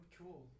cool